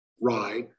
ride